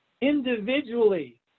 Individually